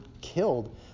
killed